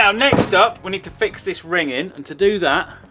um next up we need to fix this ring in and to do that,